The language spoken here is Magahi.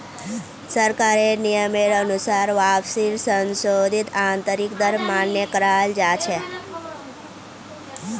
सरकारेर नियमेर अनुसार वापसीर संशोधित आंतरिक दर मान्य कराल जा छे